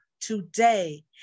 Today